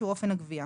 שהוא אופן הגבייה.